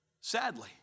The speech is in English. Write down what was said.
Sadly